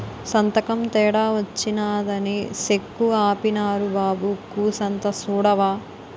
సంతకం తేడా వచ్చినాదని సెక్కు ఆపీనారు బాబూ కూసంత సూడవా